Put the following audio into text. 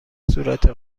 صورت